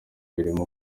birimo